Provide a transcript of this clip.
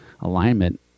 alignment